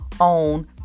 on